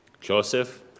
Joseph